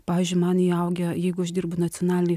pavyzdžiui man įaugę jeigu aš dirbu nacionalinei